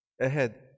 ahead